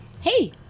Hey